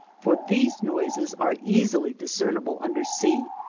for these noises are easily discernible under sea,